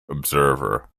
observer